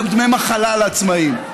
צריך להוסיף את זה שגם אין דמי מחלה לעצמאים.